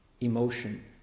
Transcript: emotion